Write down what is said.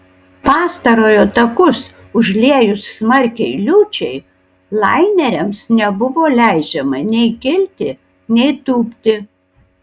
pastarojo takus užliejus smarkiai liūčiai laineriams nebuvo leidžiama nei kilti nei tūpti